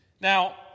Now